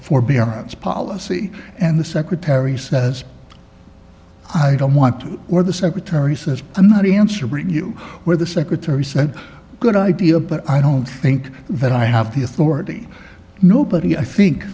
forbearance policy and the secretary says i don't want or the secretary says i'm not answering you where the secretary said good idea but i don't think that i have the authority nobody i think